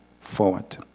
forward